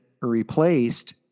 replaced